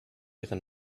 ihre